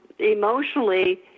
emotionally